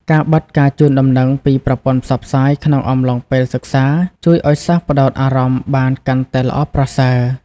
ការបិទការជូនដំណឹងពីប្រព័ន្ធផ្សព្វផ្សាយក្នុងអំឡុងពេលសិក្សាជួយឱ្យសិស្សផ្តោតអារម្មណ៍បានកាន់តែល្អប្រសើរ។